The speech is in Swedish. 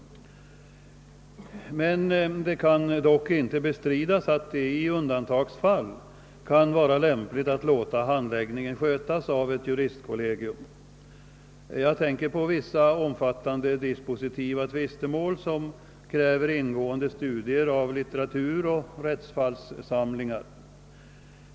Det kan dock inte bestridas att det i undantagsfall kan vara lämpligt att låta handläggningen skötas av ett juristkollegium. Jag tänker på vissa omfattande dispositiva tvistemål som kräver ingående studier av litteratur och rättsfallssamlingar.